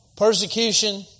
Persecution